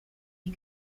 die